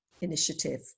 initiative